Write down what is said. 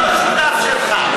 אני לא שותף שלך,